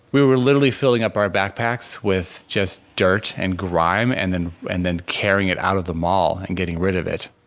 we were literally filling up our backpacks with just dirt and grime and then and then carrying it out of the mall and getting rid of it.